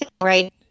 Right